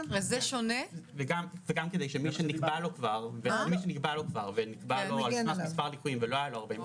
כפי שנקבעה לו על פי החוק